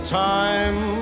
time